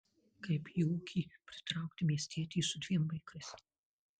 kaip į ūkį pritraukti miestietį su dviem vaikais